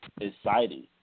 exciting